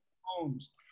homes